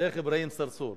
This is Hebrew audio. שיח' אברהים צרצור.